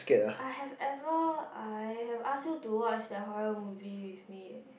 I have ever I have ask you to watch that horror movie with me